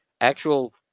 actual